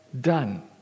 done